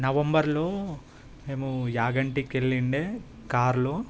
నవంబర్లో మేము యాగంటికి వెళ్ళిండే కారులో